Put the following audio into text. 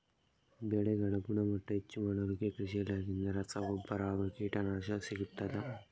ಬೆಳೆಗಳ ಗುಣಮಟ್ಟ ಹೆಚ್ಚು ಮಾಡಲಿಕ್ಕೆ ಕೃಷಿ ಇಲಾಖೆಯಿಂದ ರಸಗೊಬ್ಬರ ಹಾಗೂ ಕೀಟನಾಶಕ ಸಿಗುತ್ತದಾ?